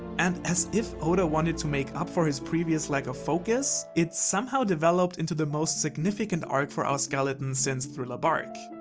and as if oda wanted to make up for his previous lack of focus, it somehow developed into the most significant arc for our skeleton since thriller bark.